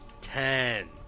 Ten